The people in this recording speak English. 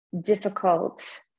difficult